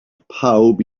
pawb